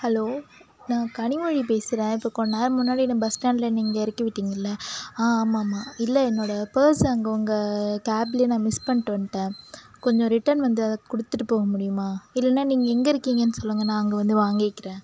hello நான் கனிமொழி பேசுகிறேன் இப்போ கொஞ்ச நேரம் முன்னாடி நான் பஸ் ஸ்டேண்ட்டில் நீங்கள் இறக்கி விட்டிங்களே ஆமாம் ஆமாம் இல்லை என்னோட பேர்ஸ் அங்கே உங்க கேப்பிலே நான் மிஸ் பண்ணிட்டு வந்துவிட்டேன் கொஞ்சம் ரிட்டன் வந்து அதை கொடுத்துட்டு போக முடியுமா இல்லைனா நீங்கள் எங்கள் இருக்கிங்கன்னு சொல்லுங்க நான் அங்கே வந்து வாங்கிக்கிறேன்